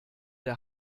der